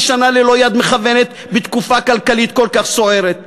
שנה ללא יד מכוונת בתקופה כלכלית כל כך סוערת?